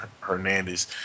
Hernandez